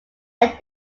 day